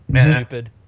stupid